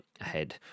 ahead